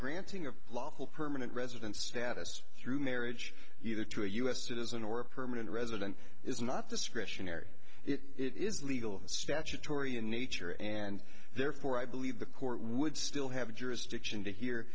granting of lawful permanent resident status through marriage either to a u s citizen or a permanent resident is not discretionary it is legal statutory in nature and therefore i believe the court would still have jurisdiction to hear